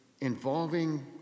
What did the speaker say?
involving